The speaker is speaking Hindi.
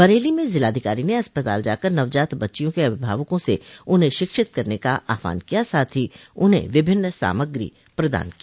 बरेली में जिलाधिकारी ने अस्पताल जाकर नवजात बच्चियों के अभिभावकों से उन्हें शिक्षित करने का आहवान किया साथ ही उन्हें विभिन्न सामग्री प्रदान की